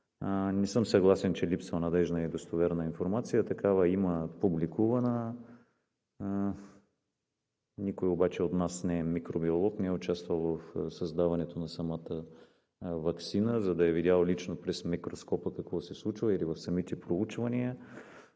Не съм съгласен, че липсва надеждна и достоверна информация – такава има публикувана, но никой от нас не е микробиолог, не е участвал в създаването на самата ваксина, за да е видял лично през микроскопа какво се случва, или е участвал в самите проучвания.